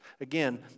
Again